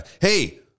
hey